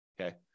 Okay